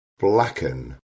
blacken